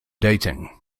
dating